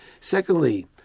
Secondly